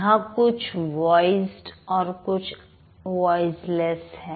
यहां कुछ वॉइसड और कुछ वॉइसलेस हैं